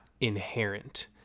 inherent